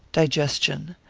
digestion.